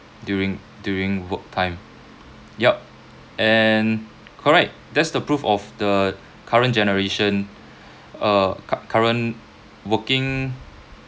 during during work time yup and correct that's the proof of the current generation uh cu~ current working